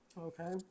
Okay